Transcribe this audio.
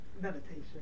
meditation